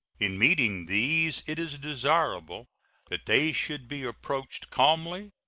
in meeting these it is desirable that they should be approached calmly,